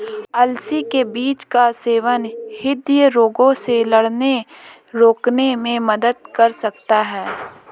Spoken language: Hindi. अलसी के बीज का सेवन हृदय रोगों से लड़ने रोकने में मदद कर सकता है